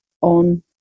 on